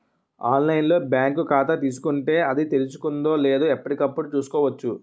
online లో bank ఖాతా తీసుకుంటే, అది తెరుచుకుందో లేదో ఎప్పటికప్పుడు చూసుకోవచ్చు